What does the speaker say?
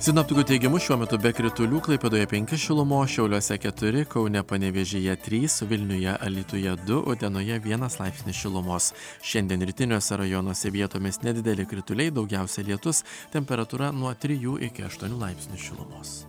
sinoptikų teigimu šiuo metu be kritulių klaipėdoje penki šilumos šiauliuose keturi kaune panevėžyje trys vilniuje alytuje du utenoje vienas laipsnis šilumos šiandien rytiniuose rajonuose vietomis nedideli krituliai daugiausia lietus temperatūra nuo trijų iki aštuonių laipsnių šilumos